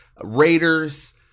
Raiders